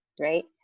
right